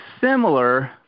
similar